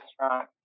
restaurant